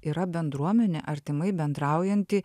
yra bendruomenė artimai bendraujanti